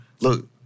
Look